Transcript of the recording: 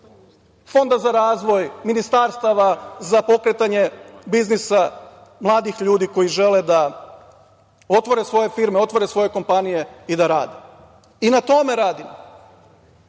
Fonda za razvoj, ministarstava za pokretanje biznisa mladih ljudi koji žele da otvore svoje firme, otvore svoje kompanije i da rade, i na tome radimo. Što